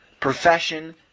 profession